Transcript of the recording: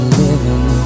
living